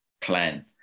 plan